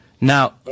Now